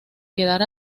quedar